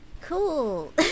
cool